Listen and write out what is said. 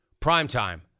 Primetime